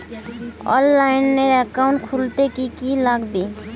অনলাইনে একাউন্ট খুলতে কি কি লাগবে?